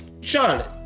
charlotte